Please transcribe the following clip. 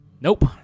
Nope